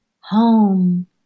home